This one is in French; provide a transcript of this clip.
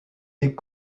des